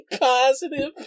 positive